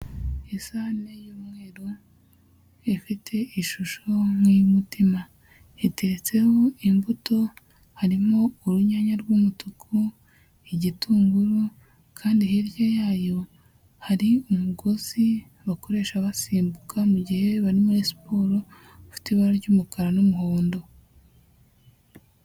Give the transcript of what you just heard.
Isahane y'umweru, ifite ishusho nk'iy'umutima. Iteretseho imbuto, harimo uruyanya rw'umutuku, igitunguru kandi hirya yayo hari umugozi bakoresha basimbuka mu gihe bari muri siporo, ufite ibara ry'umukara n'umuhondo.